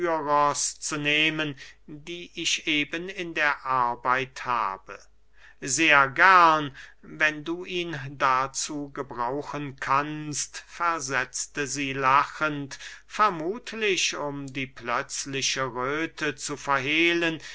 zu nehmen die ich eben in der arbeit habe sehr gern wenn du ihn dazu gebrauchen kannst versetzte sie lachend vermuthlich um die plötzliche röthe zu verhehlen